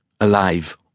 alive